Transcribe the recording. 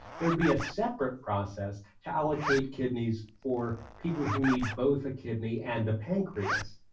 there'd be a separate process to allocate kidneys for people who need both a kidney and a pancreas,